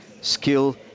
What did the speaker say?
skill